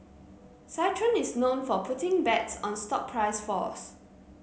citron is known for putting bets on stock price falls